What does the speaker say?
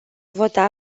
vota